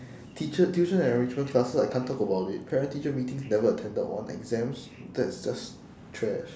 teacher tuition enrichment classes I can't talk about it parent teacher meetings never attended one exams that's just trash